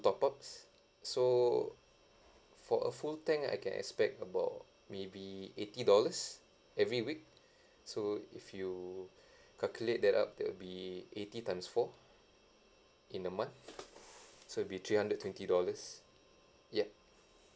top ups so for a full tank I can expect about maybe eighty dollars every week so if you calculate that up that will be eighty times four in the month so it'll be three hundred twenty dollars ya